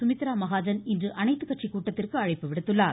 சுமித்ரா மகாஜன் இன்று அனைத்துக்கட்சி கூட்டத்திற்கு அழைப்பு விடுத்துள்ளார்